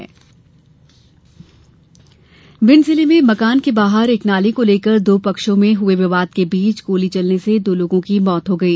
विवाद मौत भिण्ड जिले में मकान के बाहर एक नाली को लेकर दो पक्षों में हुए विवाद के बीच गोली चलने से दो लोगों की मौत हो गई